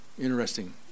Interesting